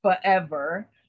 forever